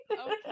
Okay